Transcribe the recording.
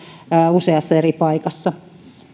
useassa eri paikassa